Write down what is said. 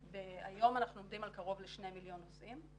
היום אנחנו עומדים על קרוב ל-2 מיליון נוסעים,